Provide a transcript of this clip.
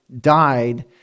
died